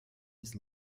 his